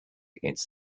against